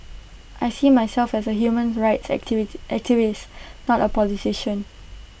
I see myself as A human rights activity activist not A politician